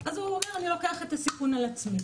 אז הוא אומר אני לוקח את הסיכון על עצמי.